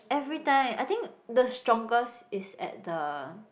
everytime I think the strongest is at the